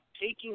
taking